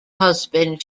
husband